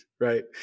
right